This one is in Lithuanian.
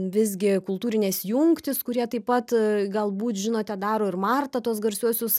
visgi kultūrinės jungtys kurie taip pat galbūt žinote daro ir marta tuos garsiuosius